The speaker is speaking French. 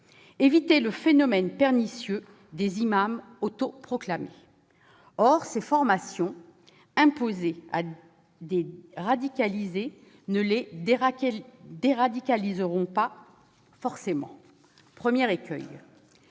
combattre le phénomène pernicieux des imams autoproclamés. Or ces formations proposées à des radicalisés ne les « déradicaliseront » pas forcément. C'est là